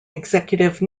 executive